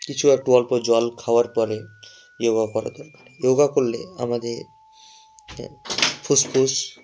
কিছু একটু অল্প জল খাওয়ার পরে ইয়োগা করা দরকার ইয়োগা করলে আমাদের ফুসফুস